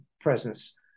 presence